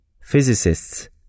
physicists